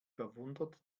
verwundert